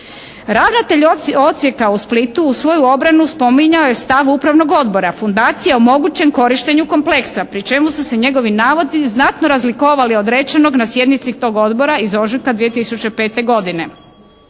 Ravnatelj odsjeka u Splitu u svoju obranu spominjao je stav upravnog odbora fundacija o mogućem korištenju kompleksa pri čemu su se njegovi navodi znatno razlikovali od rečenog na sjednici tog odbora iz ožujka 2005. godine.